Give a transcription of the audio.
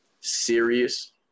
serious